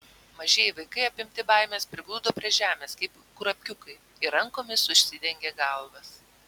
mažieji vaikai apimti baimės prigludo prie žemės kaip kurapkiukai ir rankomis užsidengė galvas